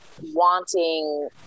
wanting